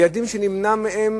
ילדים שנמנעים מהם